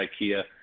IKEA